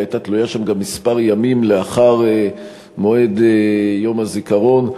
היא הייתה תלויה שם גם כמה ימים לאחר מועד יום הזיכרון.